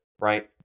right